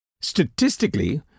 Statistically